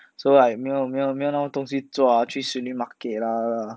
so like 没有没有没有那么东西做啊去 swimming market lah